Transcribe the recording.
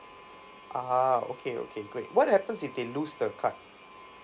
ah okay okay great what happens if they lose the card